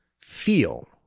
feel